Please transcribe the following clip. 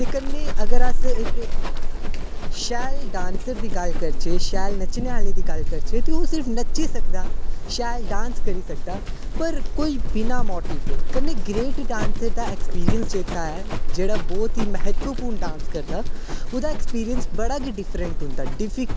ते कन्नै अगर अस इक्क शैल डांसर दी गल्ल करचै शैल नच्चने आह्ले दी गल्ल करचै ते ओह् सिर्फ नच्ची सकदा शैल डांस करी सकदा पर कोई बिना मोटिव दे कदें ग्रेट डांसर दा एक्सपीरियंस जेह्का ऐ जेह्ड़ा बहोत ही महत्वपूर्ण डांस करदा ओह्दा एक्सपीरियंस बड़ा गै डीफ्रैंट होंदा